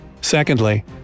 Secondly